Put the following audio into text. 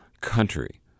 country